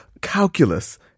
calculus